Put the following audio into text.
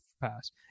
pass